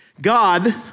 God